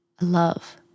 love